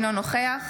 אינו נוכח